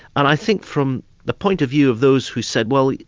and i think from the point of view of those who said, well,